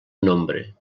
nombre